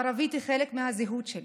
הערבית היא חלק מהזהות שלי,